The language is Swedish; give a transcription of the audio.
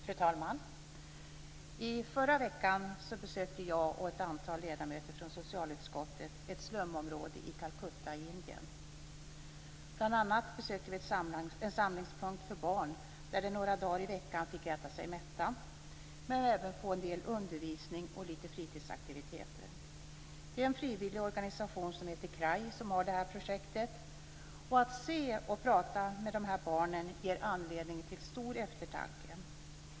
Fru talman! I förra veckan besökte jag och ett antal ledamöter från socialutskottet ett slumområde i Calcutta i Indien. Bl.a. besökte vi en samlingspunkt för barn där de några dagar i veckan fick äta sig mätta men även få en del undervisning och lite fritidsaktiviteter. Det är en frivillig organisation som heter CRY som har det här projektet. Att se och prata med dessa barn ger anledning till stor eftertanke.